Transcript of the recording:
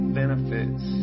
benefits